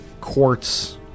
quartz